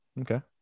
Okay